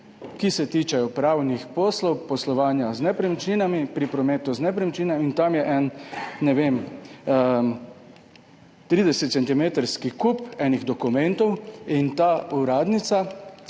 ki se tičejo pravnih poslov, poslovanja z nepremičninami pri prometu z nepremičninami in tam je en, ne vem, 30 centimetrski kup enih dokumentov in ta uradnica,